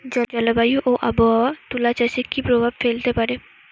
জলবায়ু ও আবহাওয়া তুলা চাষে কি প্রভাব ফেলতে পারে?